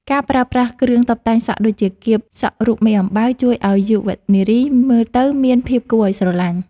ការប្រើប្រាស់គ្រឿងតុបតែងសក់ដូចជាកៀបសក់រូបមេអំបៅ ជួយឱ្យយុវនារីមើលទៅមានភាពគួរឱ្យស្រលាញ់។